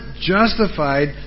justified